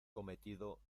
cometido